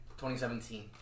2017